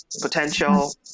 potential